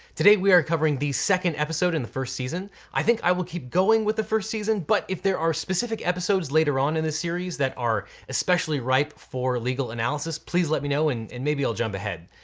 today we are covering the second episode in the first season. i think i will keep going with the first season, but if there are specific episodes later on in the series that are especially ripe for legal analysis, please let me know and maybe i'll jump ahead.